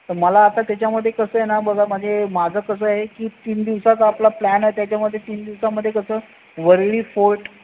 तर मला आता त्याच्यामध्ये कसं आहे ना बघा म्हणजे माझं कसं आहे की तीन दिवसाचा आपला प्लॅन आहे त्याच्यामध्ये तीन दिवासामध्ये कसं वरळी फोर्ट